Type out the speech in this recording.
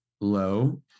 low